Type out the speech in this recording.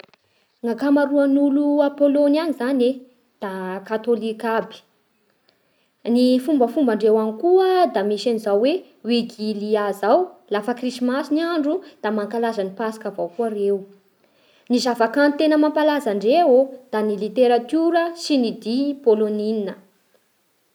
Ny akamaroan'olo a Pôlôny any zany da katôlika aby. Ny fombafomba ndreo any koa da misy an'izao hoe wigilia zao lafa krisimasy ny andro. Da mankalaza ny pasika avao koa reo Ny zava-kanto tena mampalaza andreo ô, da ny literatiora sy ny dihy pôlôninina